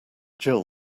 jill